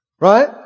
Right